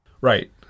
Right